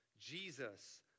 jesus